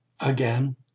Again